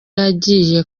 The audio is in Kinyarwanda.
agiye